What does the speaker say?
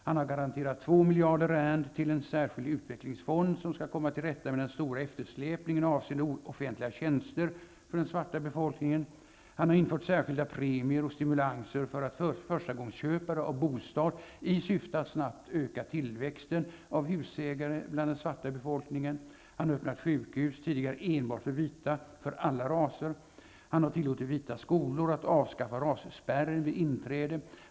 Han har garanterat två miljarder rand till en särskild utvecklingsfond som skall komma till rätta med den stora eftersläpningen avseende offentliga tjänster för den svarta befolkningen. Han har infört särskilda premier och stimulanser för förstagångsköpare av bostad i syfte att snabbt öka tillväxten av husägare bland den svarta befolkningen. Han har öppnat sjukhus, tidigare enbart för vita, för alla raser. Han har tillåtit vita skolor att avskaffa rasspärren vid inträde.